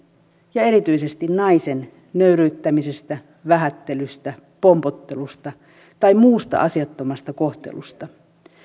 ja erityisesti naisen nöyryyttämisestä vähättelystä pompottelusta tai muusta asiattomasta kohtelusta